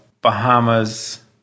Bahamas